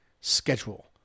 schedule